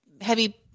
heavy